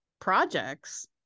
projects